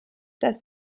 dass